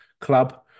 club